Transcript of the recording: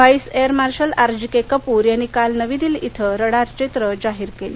vice air marshal RGK Kapoor यांनी काल नवी दिल्ली इथं रडार चित्रे जाहीर केली